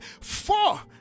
Four